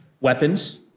weapons